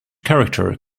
character